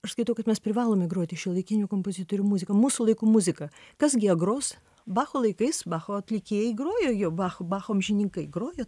aš skaitau kad mes privalome groti šiuolaikinių kompozitorių muziką mūsų laikų muziką kas gi ją gros bacho laikais bacho atlikėjai grojo jo bacho bacho amžininkai grojo